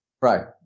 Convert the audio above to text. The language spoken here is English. Right